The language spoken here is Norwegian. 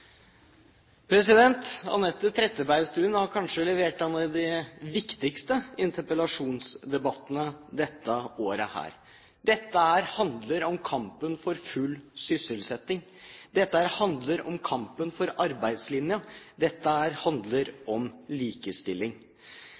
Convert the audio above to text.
Anette Trettebergstuen har kanskje levert en av de viktigste interpellasjonene dette året. Dette handler om kampen for full sysselsetting. Dette handler om kampen for arbeidslinjen. Dette handler om likestilling.